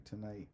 tonight